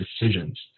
decisions